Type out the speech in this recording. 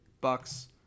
bucks